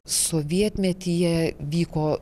sovietmetyje vyko